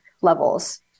levels